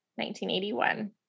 1981